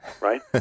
right